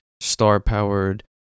star-powered